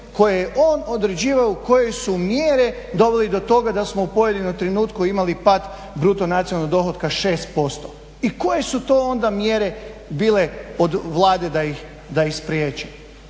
koje je on određivao u kojoj su mjere doveli do toga da smo u pojedinom trenutku imali pad bruto nacionalnog dohotka 6% i koje su to onda mjere bile od Vlade da ih spriječe.